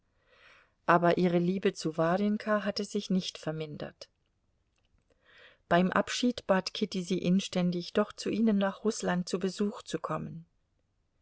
aber ihre liebe zu warjenka hatte sich nicht vermindert beim abschied bat kitty sie inständig doch zu ihnen nach rußland zu besuch zu kommen